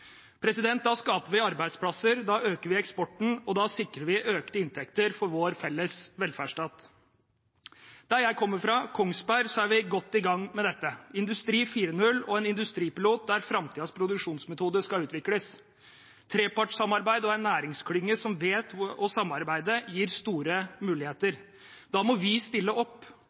Da skaper vi arbeidsplasser, da øker vi eksporten, og da sikrer vi økte inntekter for vår felles velferdsstat. Der jeg kommer fra, Kongsberg, er vi godt i gang med dette, med Industri 4.0 og en industripilot der framtidens produksjonsmetoder skal utvikles. Et trepartssamarbeid og en næringsklynge som vet å samarbeide, gir store muligheter. Da må vi stille opp,